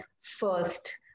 first